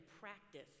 practice